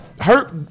Hurt